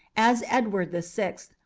as edward the sixth,